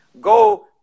go